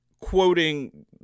quoting